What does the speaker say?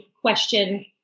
question